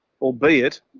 albeit